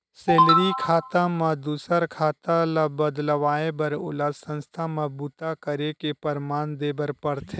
salary खाता म दूसर खाता ल बदलवाए बर ओला संस्था म बूता करे के परमान देबर परथे